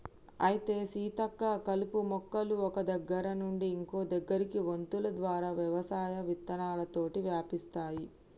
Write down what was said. అయితే సీతక్క కలుపు మొక్కలు ఒక్క దగ్గర నుండి ఇంకో దగ్గరకి వొంతులు ద్వారా వ్యవసాయం విత్తనాలతోటి వ్యాపిస్తాయి